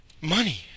money